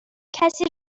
کسی